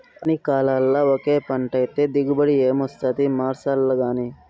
అన్ని కాలాల్ల ఒకే పంటైతే దిగుబడి ఏమొస్తాది మార్సాల్లగానీ